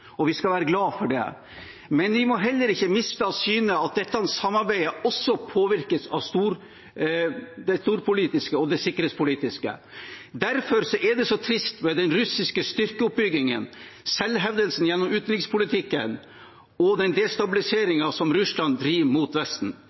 og vi skal være glad for det. Men vi må heller ikke miste av syne at dette samarbeidet også påvirkes av det storpolitiske og det sikkerhetspolitiske. Derfor er det så trist med den russiske styrkeoppbyggingen, selvhevdelsen gjennom utenrikspolitikken og den destabiliseringen som Russland driver mot Vesten.